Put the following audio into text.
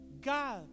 God